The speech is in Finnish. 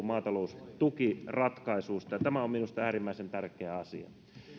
maataloustukiratkaisuista tämä on minusta äärimmäisen tärkeä asia